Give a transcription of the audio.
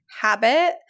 habit